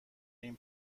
این